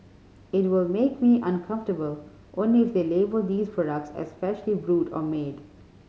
it will make me uncomfortable only if they label these products as freshly brewed or made